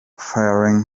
faring